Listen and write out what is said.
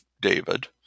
David